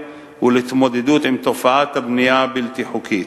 ולהתמודדות עם תופעת הבנייה הבלתי-חוקית.